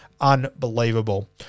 Unbelievable